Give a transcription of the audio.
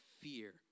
fear